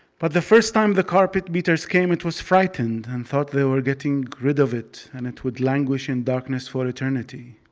but the first time the carpet beaters came, it was frightened and thought they were getting rid of it and it would languish in darkness for eternity.